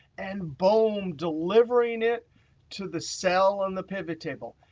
and boom. delivering it to the cell on the pivot table.